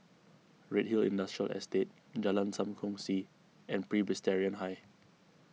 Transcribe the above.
Redhill Industrial Estate Jalan Sam Kongsi and Presbyterian High